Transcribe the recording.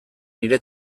nire